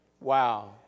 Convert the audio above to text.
Wow